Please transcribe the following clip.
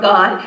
God